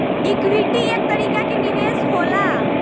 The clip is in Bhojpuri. इक्विटी एक तरीका के निवेश होला